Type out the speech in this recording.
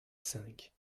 cinq